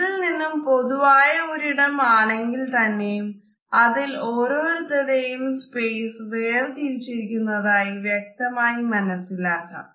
ഇതിൽ നിന്നും പൊതുവായ ഒരിടം ആണെങ്കിൽ തന്നെയും അതിൽ ഓരോരുത്തരുടെയും സ്പേസ് വേർതിരിച്ചിരിക്കുന്നതായി വ്യക്തമായി മനസിലാക്കാം